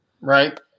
Right